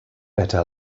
better